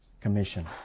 commission